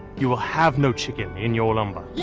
you will have no chicken in your lumber. you